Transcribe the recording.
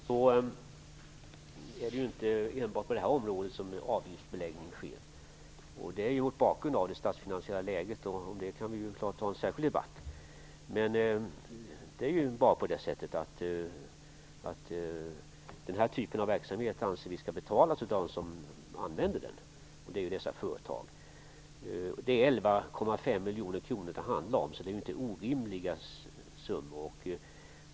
Fru talman! Det är inte enbart på det här området som avgiftsbeläggning sker. Avgifterna får ses mot bakgrund av det statsfinanasiella läget, och om det kan vi ju ha en särskilt debatt. Det är på det sättet att vi anser att den här typen av verksamhet skall betalas av dem som untnyttjar den, nämligen vissa företag. Det handlar om 11,5 miljoner kronor, så det är ju inte orimliga summor.